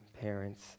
parents